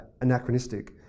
anachronistic